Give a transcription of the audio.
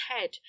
head